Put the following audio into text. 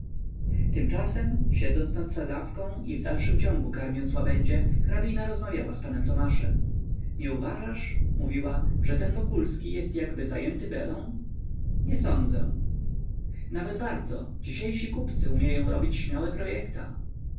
tymczasem siedząc nad sadzawką i w dalszym ciągu karmiąc łabędzie hrabina rozmawiała z panem tomaszem nie uważasz mówiła że ten wokulski jest jakby zajęty belą nie sądzę nawet bardzo dzisiejsi kupcy umieją robić śmiałe projekta